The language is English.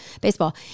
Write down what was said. baseball